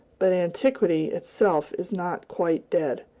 but antiquity itself is not quite dead.